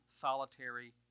solitary